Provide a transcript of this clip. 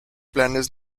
planes